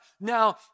Now